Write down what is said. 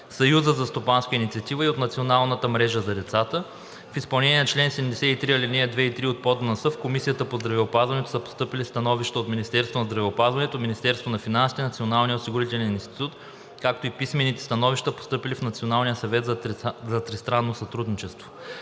Съюза за стопанска инициатива и от Национална мрежа за децата. В изпълнение на чл. 73, ал. 2 и 3 от ПОДНС в Комисията по здравеопазването са постъпили становища от Министерството на здравеопазването, Министерството на финансите, Националния осигурителен институт, както и писмените становища, постъпили в Националния съвет за тристранно сътрудничество.